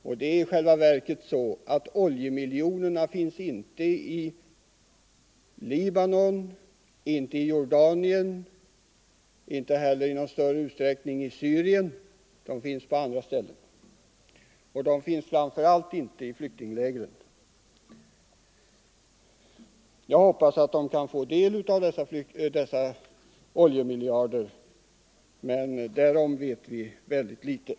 Och det är i själva verket så att oljemiljonerna finns inte i Libanon, inte i Jordanien och inte heller i någon större utsträckning i Syrien — de finns på andra ställen. Och de finns framför allt inte i flyktinglägren. Jag hoppas att flyktingarna kan få del av dessa oljemiljoner, men därom Nr 127 vet vi väldigt litet.